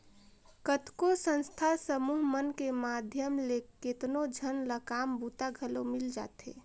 कतको संस्था समूह मन के माध्यम ले केतनो झन ल काम बूता घलो मिल जाथे